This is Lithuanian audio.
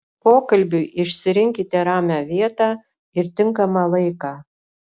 pokalbiui išsirinkite ramią vietą ir tinkamą laiką